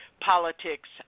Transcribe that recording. Politics